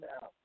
now